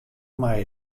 mei